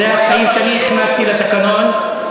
זה הסעיף שאני הכנסתי לתקנון,